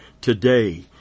today